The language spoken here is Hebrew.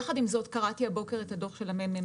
יחד עם זאת קראתי הבוקר את הדוח של המ.מ.מ,